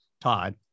Todd